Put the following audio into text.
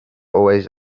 always